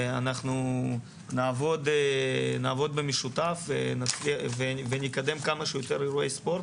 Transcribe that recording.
אנחנו נעבוד במשותף ונקדם כמה שיותר אירועי ספורט.